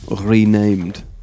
renamed